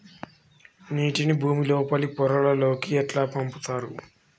నీటిని భుమి లోపలి పొరలలోకి ఎట్లా పంపుతరు?